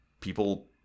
people